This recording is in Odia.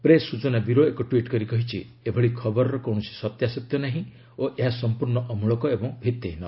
ପ୍ରେସ୍ ସୂଚନା ବ୍ୟୁରୋ ଏକ ଟ୍ୱିଟ୍ କରି କହିଛି ଏଭଳି ଖବରର କୌଣସି ସତ୍ୟାସତ୍ୟ ନାହିଁ ଓ ଏହା ସମ୍ପୂର୍ଣ୍ଣ ଅମୂଳକ ଏବଂ ଭିତ୍ତିହୀନ